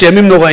שהם ימים נוראים,